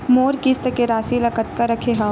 मोर किस्त के राशि ल कतका रखे हाव?